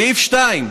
סעיף (2):